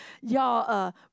y'all